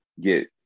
get